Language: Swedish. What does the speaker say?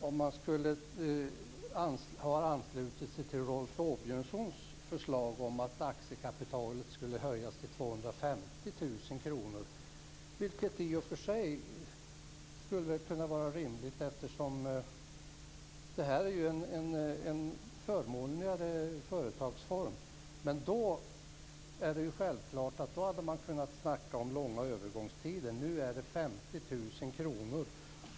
Om man hade anslutit sig till Rolf Åbjörnssons förslag om en höjning av aktiekapitalet till 250 000 kr - i och för sig skulle det kunna vara rimligt, eftersom det rör sig om en förmånligare företagsform - skulle man helt klart kunna tala om en lång övergångstid. Nu handlar det om 50 000 kr.